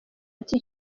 ati